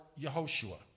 Yehoshua